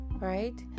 right